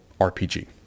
rpg